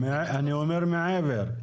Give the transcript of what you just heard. אני אומר מעבר,